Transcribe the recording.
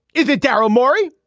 is it daryl morey.